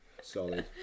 Solid